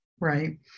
Right